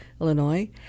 Illinois